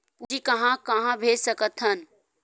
पूंजी कहां कहा भेज सकथन?